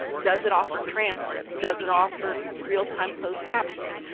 does it offer transcripts, does it offer real-time closed captioning.